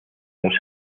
dos